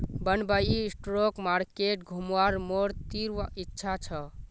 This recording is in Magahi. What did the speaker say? बंबई स्टॉक मार्केट घुमवार मोर तीव्र इच्छा छ